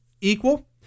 equal